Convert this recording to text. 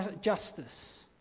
justice